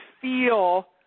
feel